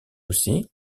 aussi